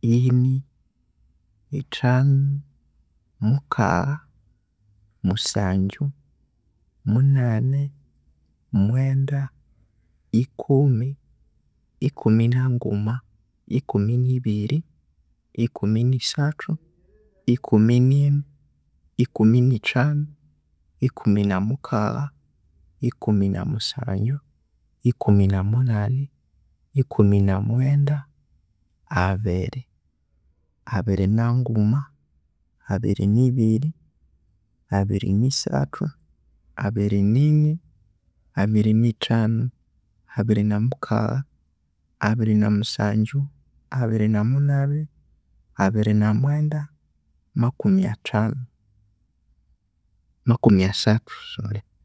ini, ethanu, mukagha, musangyu, munani, mwenda, ikumi, ikumi na nguma, ikumi ni biri, ikumi ni sathu, ikumi nini, ikumi ni thanu, ikumi namukagha, ikumi na nusangyu, ikumi na munani, ikumi na mwenda, abiri, abiri nanguma, abiri ni biri, abiri ni sathu, abiri nini, abiri ni thanu, abiri na mukagha, abiri na musangyu, abiri na munani, abiri na mwenda, makumi athanu makumi asathu sorry.